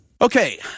Okay